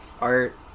art